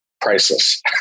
priceless